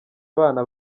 abana